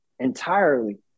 entirely